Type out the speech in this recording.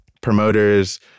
promoters